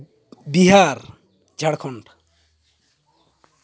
Bihar Jharkhand